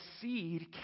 seed